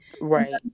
Right